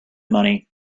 money